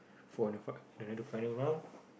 for another fi~ another final round